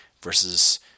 versus